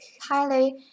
highly